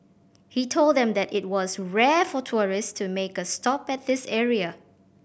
he told them that it was rare for tourist to make a stop at this area